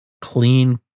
clean